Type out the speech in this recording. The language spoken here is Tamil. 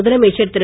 முதலமைச்சர் திரு